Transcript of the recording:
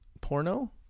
Porno